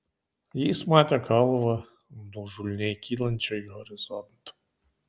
jis matė kalvą nuožulniai kylančią į horizontą